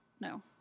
no